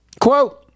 Quote